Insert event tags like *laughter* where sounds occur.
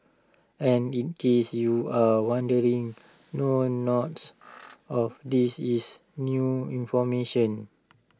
*noise* and in case you're wondering no not of these is new information